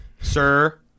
sir